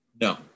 No